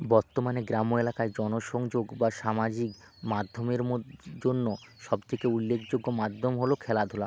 বর্তমানে গ্রাম্য এলাকায় জনসংযোগ বা সামাজিক মাধ্যমের মোদ জন্য সব থেকে উল্লেখযোগ্য মাধ্যম হলো খেলাধুলা